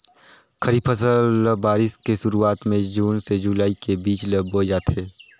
खरीफ फसल ल बारिश के शुरुआत में जून से जुलाई के बीच ल बोए जाथे